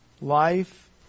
life